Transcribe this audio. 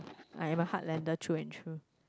I am a heartlander through and through